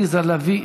עליזה לביא,